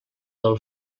del